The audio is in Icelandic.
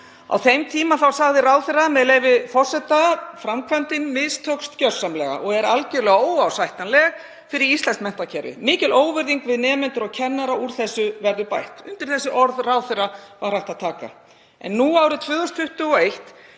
Á þeim tíma sagði ráðherra, með leyfi forseta: Framkvæmdin mistókst gjörsamlega og er algerlega óásættanleg fyrir íslenskt menntakerfi. Mikil óvirðing við nemendur og kennara. Úr þessu verður bætt. Undir þessi orð ráðherra var hægt að taka. En nú, árið 2021,